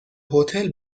هتل